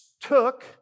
took